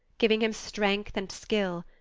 giving him strength and skill,